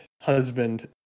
husband